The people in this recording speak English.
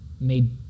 made